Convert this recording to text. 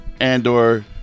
andor